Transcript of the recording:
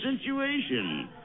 situation